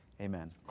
Amen